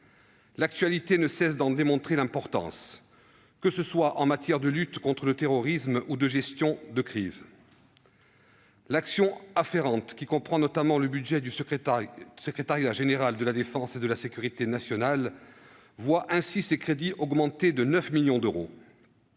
L'actualité ne cesse d'en démontrer l'importance, en matière tant de lutte contre le terrorisme que de gestion de crise. L'action afférente, qui comprend notamment le budget du secrétariat général de la défense et de la sécurité nationale (SGDSN), voit ainsi ses crédits augmentés de 9 millions d'euros.